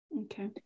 Okay